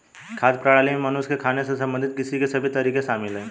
खाद्य प्रणाली में मनुष्य के खाने से संबंधित कृषि के सभी तरीके शामिल है